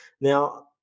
Now